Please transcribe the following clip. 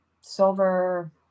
silver